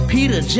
Peter